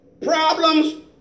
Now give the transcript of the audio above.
problems